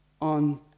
on